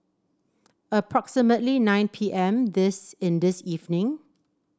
approximately nine P M this in this evening